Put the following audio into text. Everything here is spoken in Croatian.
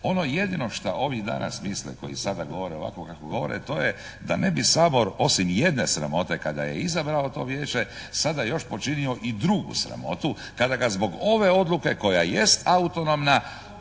Ono jedino šta ovih dana smisle koji sada govore ovako kako govore, to je da ne bi Sabor osim jedne sramote kada je izabrao to vijeće, sada još počinio i drugu sramotu kada ga zbog ove odluke koja jest autonomna